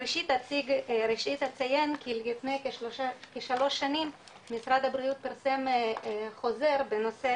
ראשית אציין כי לפני כשלוש שנים משרד הבריאות פרסם חוזר בנושא